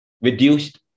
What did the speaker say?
reduced